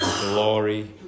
glory